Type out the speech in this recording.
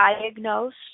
diagnosed